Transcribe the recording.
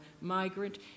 migrant